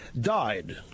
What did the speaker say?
Died